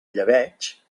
llebeig